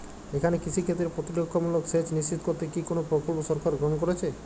এখানে কৃষিক্ষেত্রে প্রতিরক্ষামূলক সেচ নিশ্চিত করতে কি কোনো প্রকল্প সরকার গ্রহন করেছে?